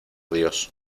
dios